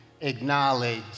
acknowledge